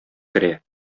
керә